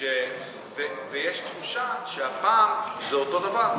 יש תחושה שהפעם זה אותו דבר.